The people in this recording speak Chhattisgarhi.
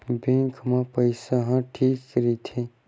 बैंक मा पईसा ह ठीक राइथे?